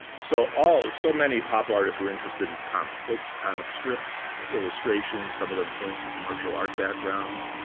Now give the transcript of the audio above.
so all, so many pop artists were interested in comic books, comic strips, illustrations. some of them came from commercial art backgrounds.